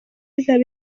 izaba